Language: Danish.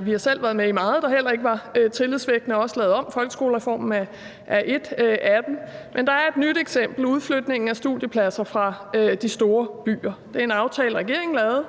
vi har selv været med i meget, der heller ikke virkede tillidsvækkende, og som vi også har lavet om. Folkeskolereformen er et eksempel på det. Men der er et nyt eksempel, nemlig udflytningen af studiepladser fra de store byer. Det er en aftale, regeringen lavede